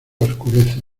oscurece